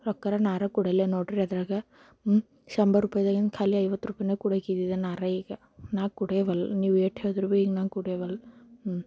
ರೊಕ್ಕರೆ ನಾರೇ ಕೊಡೊಲ್ಲೇ ನೋಡಿರಿ ಅದರಾಗೆ ಹ್ಞೂಂ ಶಂಬರೂಪಾಯಿದಾಗಿನ ಖಾಲಿ ಐವತ್ತು ರೂಪಾಯಿನೇ ಕೊಡೊಕಿದಿದೆ ನಾರೆ ಈಗ ನಾ ಕೊಡೇವಲ್ಲೆ ನೀವೆಷ್ಟು ಹೇಳಿದ್ರೂ ಭೀ ಈಗ ನಾ ಕೊಡೇವಲ್ಲೆ ಹ್ಞೂಂ